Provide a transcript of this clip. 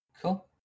Cool